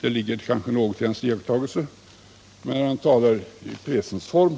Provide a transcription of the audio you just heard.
Det ligger kanske något i K.-A. Fagerholms iakttagelser.